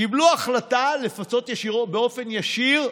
קיבלו החלטה לפצות את העובדים ישירות, באופן ישיר.